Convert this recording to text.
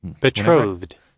Betrothed